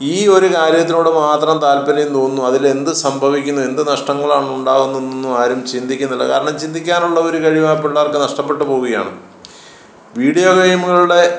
ഈ ഒരു കാര്യത്തിനോട് മാത്രം താൽപ്പര്യം തോന്നുന്നു അതിൽ എന്ത് സംഭവിക്കുന്നു എന്ത് നഷ്ടങ്ങളാണ് ഉണ്ടാകുന്നത് എന്നൊന്നും ആരും ചിന്തിക്കുന്നില്ല കാരണം ചിന്തിക്കാനുള്ള ഒരു കഴിവ് ആ പിള്ളേർക്ക് നഷ്ടപ്പെട്ടു പോവുകയാണ് വീഡിയോ ഗെയിമുകളുടെ